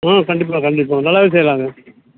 ஆ கண்டிப்பாக கண்டிப்பாக நல்லாவே செய்யலாங்க